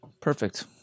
Perfect